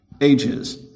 Ages